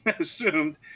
assumed